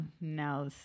Now